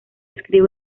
escribe